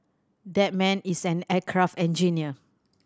that man is an aircraft engineer